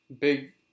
Big